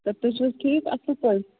سَر تہٕ تُہۍ چھِو حَظ ٹھیٖک اصٕل پٲٹھۍ